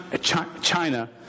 China